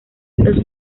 los